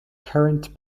current